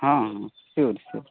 ହଁ sure sure